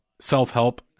self-help